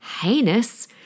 heinous